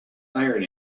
iron